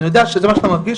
אני יודע שזה מה שאתה מרגיש,